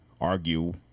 argue